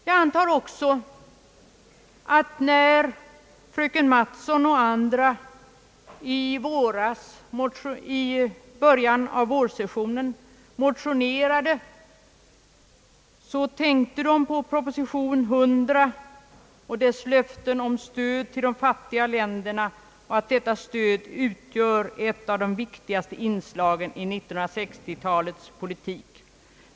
Jag antar också att när fröken Mattson och andra i början av vårsessionen motionerade hade de proposition nr 100 i tankarna med dess löften om stöd åt de fattiga länderna samt orden om att detta stöd utgör ett av de viktigaste inslagen i 1960-talets politik.